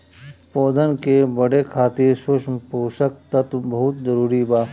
पौधन के बढ़े खातिर सूक्ष्म पोषक तत्व बहुत जरूरी बा